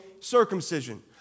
circumcision